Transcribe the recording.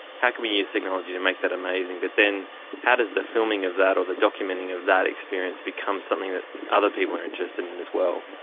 how can we use technology to make that amazing? but then how does the filming of that or the documenting of that experience become something that other people are interested in as well?